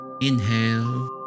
Inhale